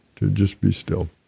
to just be still,